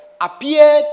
appeared